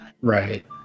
Right